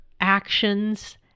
actions